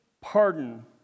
pardon